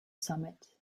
summit